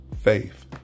faith